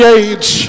age